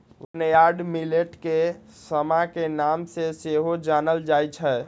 barnyard millet के समा के नाम से सेहो जानल जाइ छै